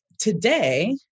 Today